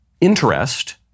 interest